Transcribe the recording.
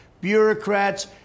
bureaucrats